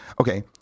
okay